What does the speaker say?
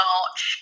March